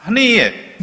Pa nije.